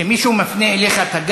(אומר בערבית: אומרים בערבית: כולך פנים.) כשמישהו מפנה אליך את הגב,